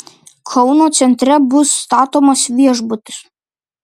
kauno centre bus statomas viešbutis